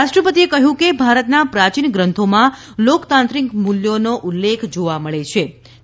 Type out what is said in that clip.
રાષ્ટ્રપતિએ કહ્યુ કે ભારતના પ્રાચીન ગ્રંથોમાં લોકતાંત્રિક મૂલ્યોનો ઉલ્લેખ જોવા મળેછે